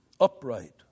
upright